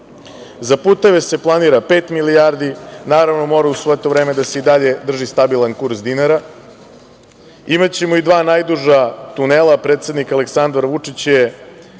puteve se planira pet milijardi, naravno u svo to vreme da se drži stabilan kurs dinara. Imaćemo i dva najduža tunela. Predsednik Aleksandar Vučić je